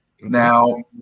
Now